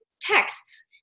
texts